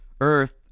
Earth